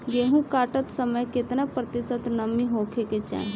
गेहूँ काटत समय केतना प्रतिशत नमी होखे के चाहीं?